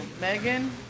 Megan